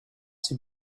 sie